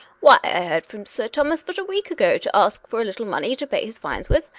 why, i heard from sir thomas but a week ago, to ask for a little money to pay his fines with.